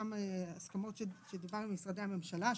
אותן הסכמות שדיברנו עם משרדי הממשלה,